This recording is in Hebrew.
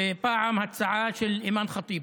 ופעם הצעה של אימאן ח'טיב,